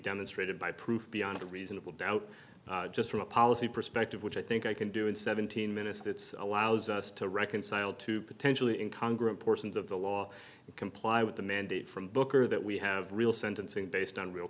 demonstrated by proof beyond a reasonable doubt just from a policy perspective which i think i can do in seventeen minutes that's allows us to reconcile to potentially in congress portions of the law comply with the mandate from booker that we have real sentencing based on real